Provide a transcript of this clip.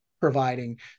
providing